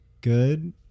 good